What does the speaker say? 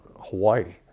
Hawaii